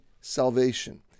salvation